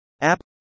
App